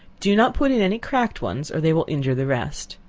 do not put in any cracked ones, or they will injure the rest.